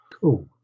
cool